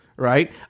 Right